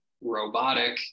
robotic